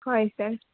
হয় ছাৰ